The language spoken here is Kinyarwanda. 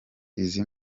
izi